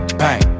bang